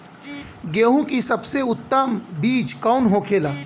गेहूँ की सबसे उत्तम बीज कौन होखेला?